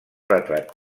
retrat